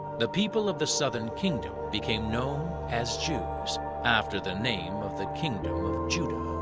the people of the southern kingdom became known as jews after the name of the kingdom of judah.